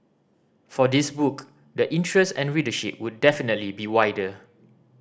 for this book the interest and readership would definitely be wider